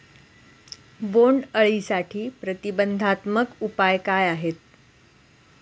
बोंडअळीसाठी प्रतिबंधात्मक उपाय काय आहेत?